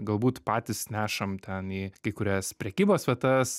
galbūt patys nešam ten į kai kurias prekybos vietas